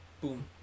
boom